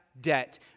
debt